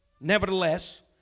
Nevertheless